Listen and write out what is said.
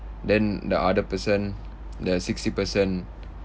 then the other percent the sixty percent